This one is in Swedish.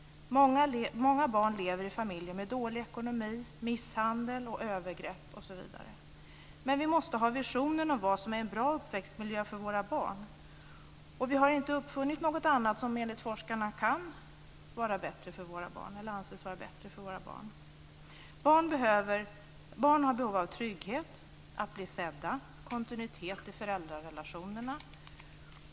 Många barn lever i familjer med dålig ekonomi, misshandel, övergrepp osv. Men vi måste ha visionen om vad som är en bra uppväxtmiljö för våra barn. Och vi har inte uppfunnit något annat som enligt forskarna anses vara bättre för våra barn. Barn har behov av trygghet, av att bli sedda och av kontinuitet i föräldrarelationer.